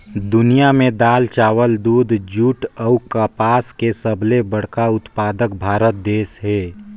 दुनिया में दाल, चावल, दूध, जूट अऊ कपास के सबले बड़ा उत्पादक भारत देश हे